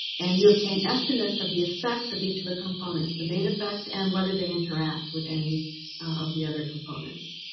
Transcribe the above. and you obtain estimates of the effects of each of the components, the main effects and whether they interact with any of the other components.